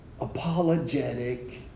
apologetic